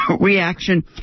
reaction